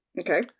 Okay